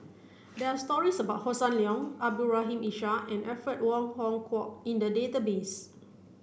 there are stories about Hossan Leong Abdul Rahim Ishak and Alfred Wong Hong Kwok in the database